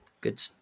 good